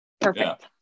perfect